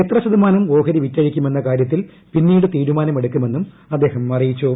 എത്രശതമാനം ഓഹരി വിറ്റഴിക്കും എന്ന കാര്യത്തിൽ പിന്നീട് തീരുമാനമെടുക്കുമെന്നും അദ്ദേഹം അറിയിച്ചു